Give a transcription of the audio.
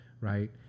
right